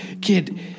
kid